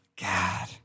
God